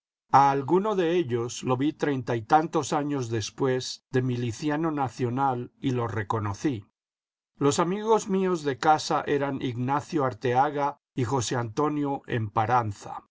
a alguno de ellos lo vi treinta y tantos años después de miliciano nacional y lo reconocí los amigos míos de casa eran ignacio arteaga y josé antonio